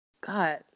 God